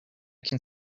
can